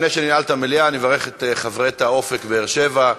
לפני שננעל את המליאה אני מברך את חברי תא "אופק" בבאר-שבע,